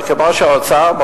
כמו שהאוצר,